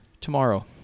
tomorrow